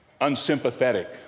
unsympathetic